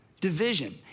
division